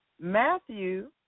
Matthew